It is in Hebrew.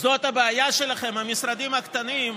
זאת הבעיה שלכם, המשרדים הקטנים?